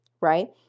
Right